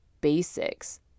basics